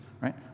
right